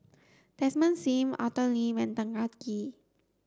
Desmond Sim Arthur Lim and Tan Kah Kee